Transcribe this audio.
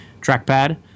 trackpad